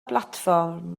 blatfform